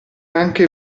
anche